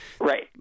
right